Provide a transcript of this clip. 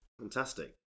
Fantastic